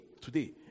today